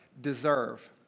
deserve